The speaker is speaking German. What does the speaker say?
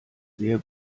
sehr